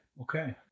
Okay